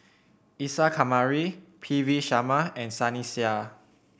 Isa Kamari P V Sharma and Sunny Sia